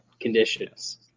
conditions